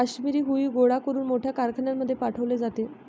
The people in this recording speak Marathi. काश्मिरी हुई गोळा करून मोठ्या कारखान्यांमध्ये पाठवले जाते